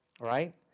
Right